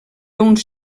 uns